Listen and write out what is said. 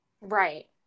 right